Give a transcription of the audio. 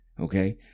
Okay